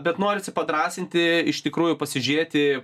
bet norisi padrąsinti iš tikrųjų pasižėti